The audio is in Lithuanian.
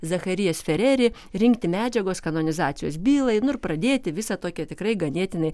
zacharijas fereri rinkti medžiagos kanonizacijos bylai nu ir pradėti visa tokia tikrai ganėtinai